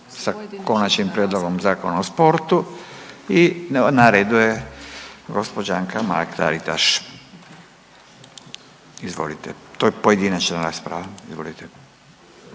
sa Konačnim prijedlogom Zakona o sportu i na redu je gospođa Anka Mrak Taritaš. Izvolite, to je pojedinačna rasprava. Izvolite.